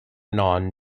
non